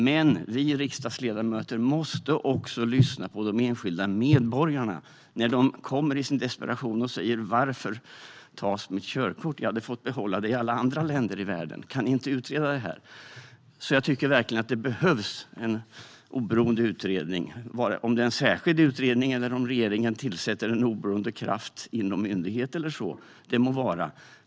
Men vi riksdagsledamöter måste också lyssna på enskilda medborgare när de i desperation säger: Varför tas mitt körkort? Jag hade fått behålla det i alla andra länder i världen. Kan ni inte utreda detta? Jag tycker verkligen att det behövs en oberoende utredning - det må vara en särskild utredning eller en oberoende kraft inom myndigheten som regeringen tillsätter.